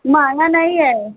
माला नहीं है